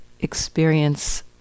experience